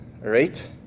right